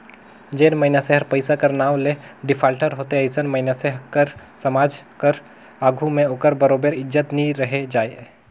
जेन मइनसे हर पइसा कर नांव ले डिफाल्टर होथे अइसन मइनसे कर समाज कर आघु में ओकर बरोबेर इज्जत नी रहि जाए